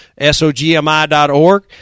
SOGMI.org